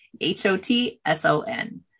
H-O-T-S-O-N